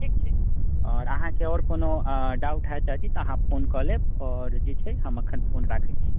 ठीक छै आओर अहाँकेँ आओर कोनो डाउट हइ चाची तऽ अहाँ फोन कऽ लेब आओर जे छै हम अखन फोन राखैत छी